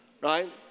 right